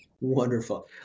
Wonderful